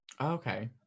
Okay